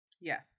Yes